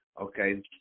okay